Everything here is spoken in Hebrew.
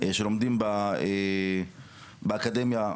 שלומדים באקדמיה.